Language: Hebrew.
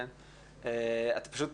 אתה פשוט,